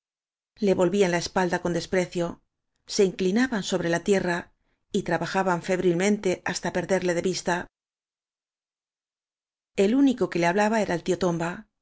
sulto le volvían la es palda con desprecio se inclinaban sobre la tie rra y trabajaban febrilmente hasta perderle de vista el único que le hablaba era el tío tombay el